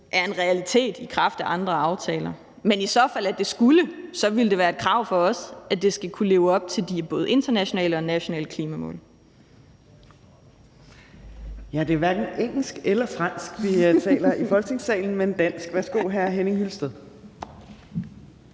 er en realitet i kraft af andre aftaler. Men i fald at det skulle, ville det være et krav fra os, at det skal kunne leve op til både de internationale og de nationale klimamål. Kl. 12:18 Tredje næstformand (Trine Torp): Det er hverken engelsk eller fransk, vi taler i Folketingssalen, men dansk. Der var ikke nogen